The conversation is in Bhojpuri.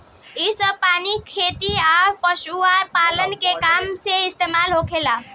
इ सभ पानी खेती आ पशुपालन के काम में इस्तमाल होखेला